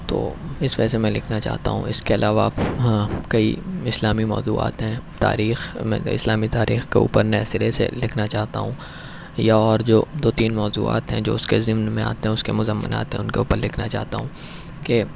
تو اس وجہ سے میں لکھنا چاہتا ہوں اس کے علاوہ ہاں کئی اسلامی موضوعات ہیں تاریخ اسلامی تاریخ کے اوپر نئے سرے سے لکھنا چاہتا ہوں یا اور جو دو تین موضوعات ہیں جو اس کے ضمن میں آتے ہیں اس کے مضمنات ان کے اوپر لکھنا چاہتا ہوں کہ